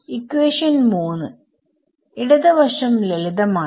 equation 3ഇടത് വശം ലളിതമാണ്